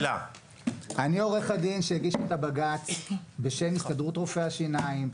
אני עורך הדין שהגיש את הבג"צ בשם הסתדרות רופאי השיניים,